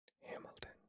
Hamilton